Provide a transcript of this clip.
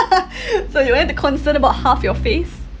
so you no need to concern about half your face